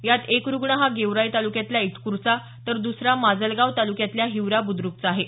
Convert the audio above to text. यात एक रूग्ण हा गेवराई तालुक्यातल्या इटकूरचा तर द्सरा माजलगाव तालुक्यातल्या हिवरा बुद्रकचा आहे